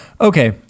Okay